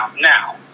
Now